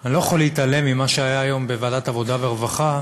אני לא יכול להתעלם ממה שהיה היום בוועדת העבודה והרווחה,